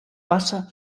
passa